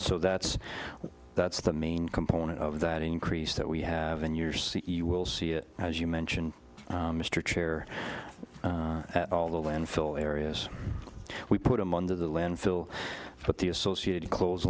so that's that's the main component of that increase that we have in your c e you will see it as you mentioned mr chair at all the landfill areas we put them under the landfill but the associated